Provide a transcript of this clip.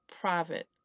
private